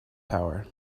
power